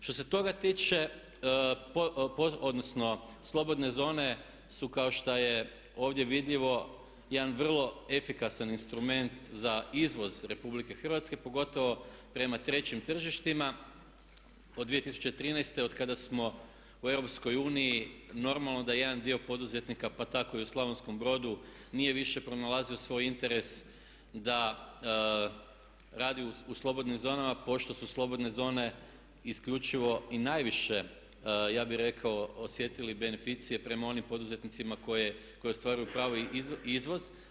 Što se toga tiče odnosno slobodne zone su kao što je to ovdje vidljivo jedan vrlo efikasan instrument za izvoz RH pogotovo prema trećim tržištima od 2013. oda kada smo u EU normalno da jedan dio poduzetnika pa tako i u Slavonskom Brodu nije više pronalazio svoj interes da radi u slobodnim zonama pošto su slobodne zone isključivo i najviše ja bih rekao osjetio beneficije prema onim poduzetnicima koje ostvaraju pravo i izvoz.